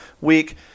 week